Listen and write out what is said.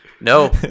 No